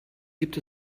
gibt